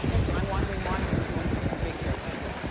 listen, i want to remind you we're doing something big here at wendy.